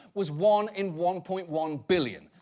was one in one point one billion.